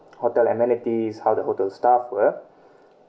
hotel amenities how the hotel staff were